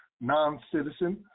non-citizen